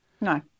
No